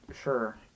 Sure